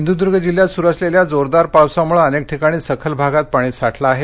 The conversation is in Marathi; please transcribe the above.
सिंधदर्ग जिल्ह्यात सुरू असलेल्या जोरदार पावसामुळे अनेक ठिकाणी सखल भागात पाणी साठलं आहे